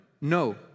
no